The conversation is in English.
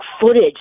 footage